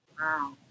Wow